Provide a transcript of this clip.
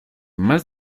más